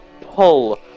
pull